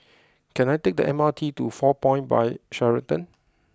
can I take the M R T to Four Point by Sheraton